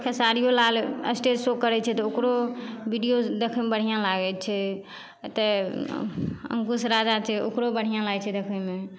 खेसारियो Lal stage show करै छै तऽ ओकरो वीडिओ देखैमे बढ़िआँ लागै छै तऽ अङ्कुश राजा छै ओकरो बढ़िआँ लागै छै देखैमे